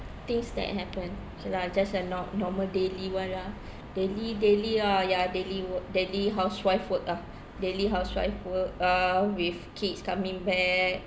things that happen so ya just a no~ normal daily one lah daily daily ya ya daily work daily housewife work ah daily housewife work ah with kids coming back